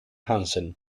hansen